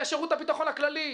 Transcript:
בשירות הביטחון הכללי,